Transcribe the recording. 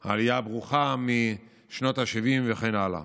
העלייה הברוכה משנות השבעים וכן הלאה.